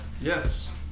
yes